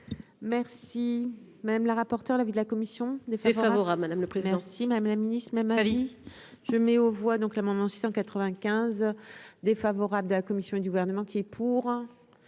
merci, madame la rapporteure, l'avis de la commission des favorables, madame le président si Madame la Ministre, même avis je mets aux voix donc l'amendement 695 défavorable de la commission et du gouvernement qui. Pour